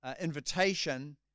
invitation